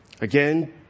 Again